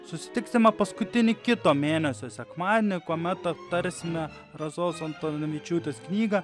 susitiksime paskutinį kito mėnesio sekmadienį kuomet aptarsime rasos antanavičiūtės knygą